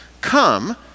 come